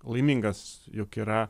laimingas jog yra